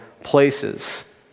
places